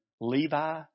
Levi